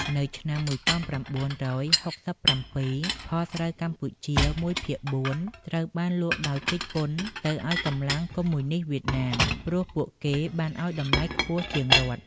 នៅឆ្នាំ១៩៦៧ ផលស្រូវកម្ពុជាមួយភាគបួនត្រូវបានលក់ដោយគេចពន្ធទៅឲ្យកម្លាំងកុមយនីស្តវៀតណាម ព្រោះពួកគេបានឲ្យតម្លៃខ្ពស់ជាងរដ្ឋ ។